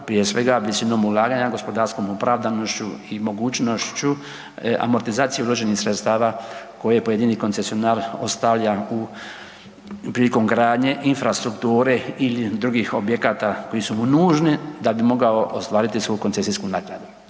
prije svega visinom ulaganja, gospodarskom opravdanošću i mogućnošću amortizacije uloženih sredstava koje pojedini koncesionar ostavlja u prilikom gradnje infrastrukture ili drugih objekata koji su mu nužni da bi mogao ostvariti svoju koncesijsku naknadu.